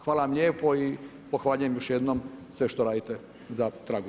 Hvala vam lijepo i pohvaljujem još jednom sve što radite za